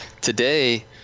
Today